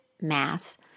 mass